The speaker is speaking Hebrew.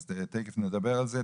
אז תיכף נדבר על זה.